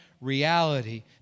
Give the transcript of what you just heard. reality